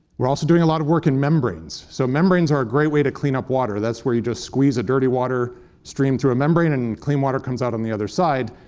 we're also doing a lot of work in membranes so membranes are a great way to clean up water. that's where you just squeeze a dirty water stream through a membrane, and clean water comes out on the other side